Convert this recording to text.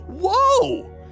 whoa